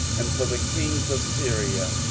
and for the kings of syria,